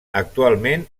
actualment